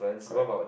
correct